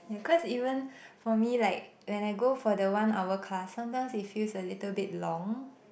yeah cause even for me like when I go for the one hour class sometimes it feels a little bit long